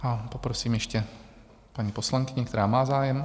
A poprosím ještě paní poslankyni, která má zájem.